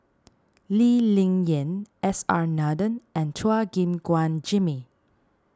Lee Ling Yen S R Nathan and Chua Gim Guan Jimmy